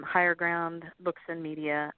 HigherGroundBooksandMedia